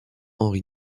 henri